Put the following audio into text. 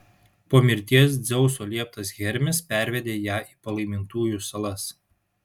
po mirties dzeuso lieptas hermis pervedė ją į palaimintųjų salas